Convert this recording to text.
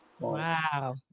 Wow